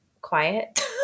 quiet